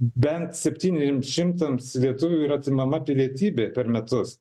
bent septyniems šimtams lietuvių yra atimama pilietybė per metus